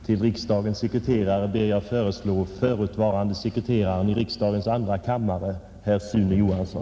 Till kammarens sekreterare ber jag att få föreslå förutvarande sekreteraren i riksdagens andra kammare herr Sune K. Johansson.